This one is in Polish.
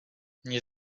nie